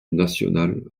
nacional